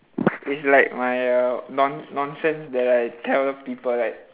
is like my uh non~ nonsense that I tell people like